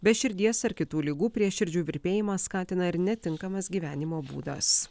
be širdies ar kitų ligų prieširdžių virpėjimą skatina ir netinkamas gyvenimo būdas